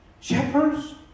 Shepherds